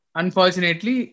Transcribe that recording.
unfortunately